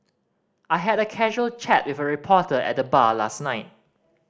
I had a casual chat with a reporter at the bar last night